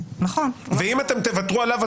ואם אתם תוותרו עליו,